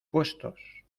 puestos